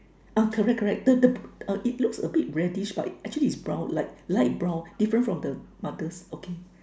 uh correct correct the the the it looks a bit reddish but it's actually brown like light brown different from the others okay